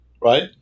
right